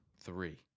three